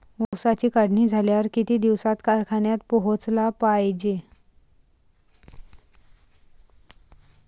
ऊसाची काढणी झाल्यावर किती दिवसात कारखान्यात पोहोचला पायजे?